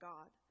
God